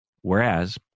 Whereas